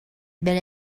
been